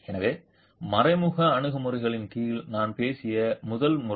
எனவே மறைமுக அணுகுமுறைகளின் கீழ் நான் பேசிய முதல் முறை